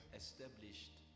established